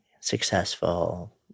successful